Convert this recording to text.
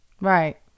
Right